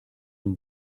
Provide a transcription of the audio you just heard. and